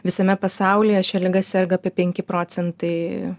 visame pasaulyje šia liga serga apie penki procentai